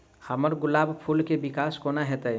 हम्मर गुलाब फूल केँ विकास कोना हेतै?